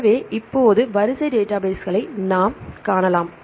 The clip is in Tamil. எனவே இப்போது வரிசை டேட்டாபேஸ்களை நாம் காணலாம்